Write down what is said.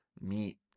meet